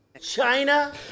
China